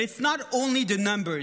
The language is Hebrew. But it's not only the numbers,